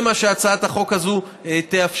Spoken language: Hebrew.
זה מה שהצעת החוק הזאת תאפשר.